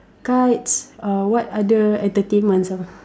kites uh what other entertainments ah